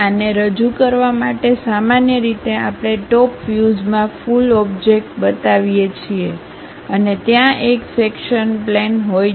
આને રજૂ કરવા માટે સામાન્ય રીતે આપણે ટોપ વ્યુઝમાં ફુલ ઓબ્જેક્ટ બતાવીએ છીએ અને ત્યાં એક સેક્શન્ પ્લેન હોય છે